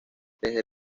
desde